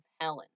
Helen